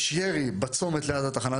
יש ירי בצומת ליד תחנת